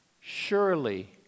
surely